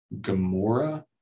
Gamora